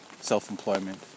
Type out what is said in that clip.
self-employment